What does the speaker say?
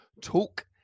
talk